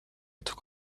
took